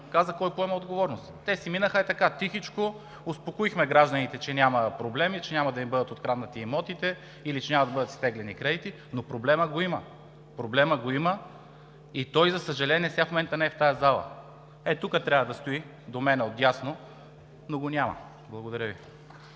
каза кой поема отговорност. Те си минаха тихичко, успокоихме гражданите, че няма проблеми, че няма да им бъдат откраднати имотите или че няма да бъдат изтеглени кредити, но проблемът го има. Проблемът го има и той, за съжаление, в момента не е в тази зала – ей тук трябва да стои, до мен отдясно, но го няма. Благодаря Ви.